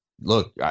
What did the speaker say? look